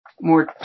more